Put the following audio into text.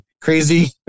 crazy